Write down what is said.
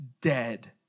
dead